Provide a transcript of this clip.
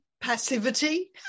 passivity